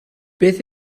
beth